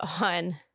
on